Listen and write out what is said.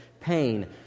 pain